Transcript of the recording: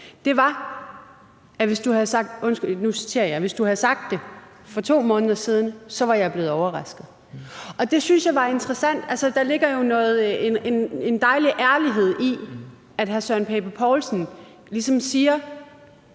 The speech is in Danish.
citerer jeg: Hvis du havde sagt det for 2 måneder siden, var jeg blevet overrasket. Det synes jeg var interessant, for der ligger jo en dejlig ærlighed i, at hr. Søren Pape Poulsen ligesom siger,